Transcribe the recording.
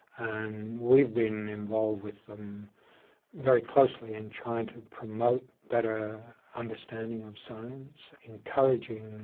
and we've been involved with them very closely in trying to promote better understanding of science, encouraging